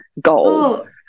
goal